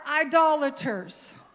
idolaters